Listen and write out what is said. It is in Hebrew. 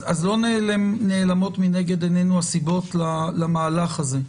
אז לא נעלמות מנגד עינינו הסיבות למהלך הזה.